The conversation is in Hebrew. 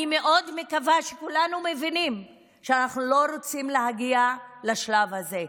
אני מאוד מקווה שכולנו מבינים שאנחנו לא רוצים להגיע לשלב הזה,